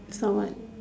so what